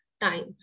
time